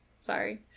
Sorry